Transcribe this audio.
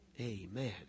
Amen